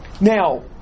Now